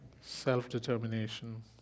self-determination